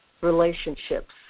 relationships